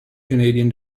canadian